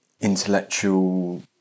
intellectual